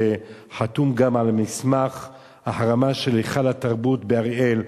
שחתום גם על מסמך ההחרמה של היכל התרבות באריאל,